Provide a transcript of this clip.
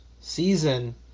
season